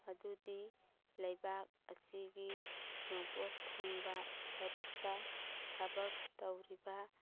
ꯑꯗꯨꯗꯤ ꯂꯩꯕꯥꯛ ꯑꯁꯤꯒꯤ ꯅꯣꯡꯄꯣꯛ ꯊꯪꯕ ꯁꯔꯨꯛꯇ ꯊꯕꯛ ꯇꯧꯔꯤꯕ